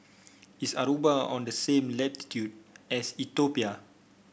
is Aruba on the same latitude as Ethiopia